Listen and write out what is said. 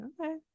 okay